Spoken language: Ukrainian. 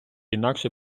інакше